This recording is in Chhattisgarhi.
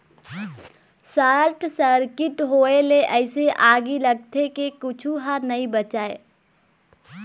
सार्ट सर्किट होए ले अइसे आगी लगथे के कुछू ह नइ बाचय